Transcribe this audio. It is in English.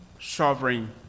sovereign